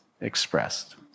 expressed